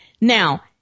now